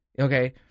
okay